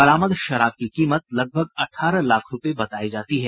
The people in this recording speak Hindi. बरामद शराब की कीमत लगभग अठारह लाख रूपये बतायी जाती है